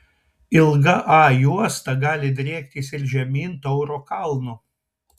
ilga a juosta gali driektis ir žemyn tauro kalnu